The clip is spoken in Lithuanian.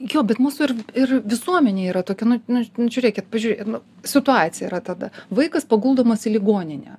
jo bet mūsų ir ir visuomenė yra tokia nu nu nu žiūrėkit pažiūrėkit nu situacija yra tada vaikas paguldomas į ligoninę